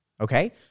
Okay